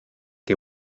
que